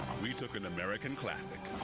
we took an american classic.